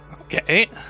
Okay